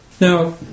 now